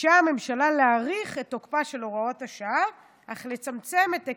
ביקשה הממשלה להאריך את תוקפה של הוראת השעה אך לצמצם את היקפה.